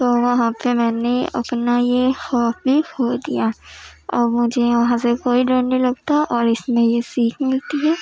تو وہاں پہ میں نے اپنا یہ خوف بھی کھو دیا اب مجھے وہاں سے کوئی ڈر نہیں لگتا اور اس میں یہ سیکھ ملتی ہے